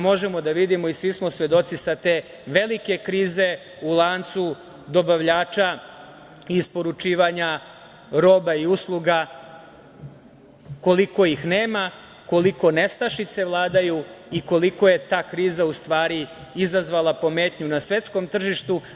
Možemo da vidimo i svi smo svedoci sad te velike krize u lancu dobavljača i isporučivanja roba i usluga koliko ih nema, koliko nestašice vladaju i koliko je ta kriza u stvari izazvala pometnju na svetskom tržištu.